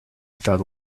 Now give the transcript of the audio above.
without